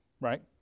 right